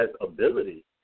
ability